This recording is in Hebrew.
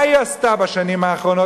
מה היא עשתה בשנים האחרונות,